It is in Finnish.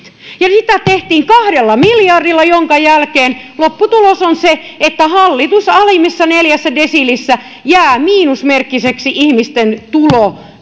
sitä tehtiin kahdella miljardilla minkä jälkeen lopputulos on se että alimmissa neljässä desiilissä jää miinusmerkkiseksi ihmisten